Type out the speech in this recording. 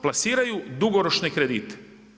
Plasiraju dugoročne kredite.